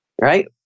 right